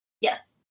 Yes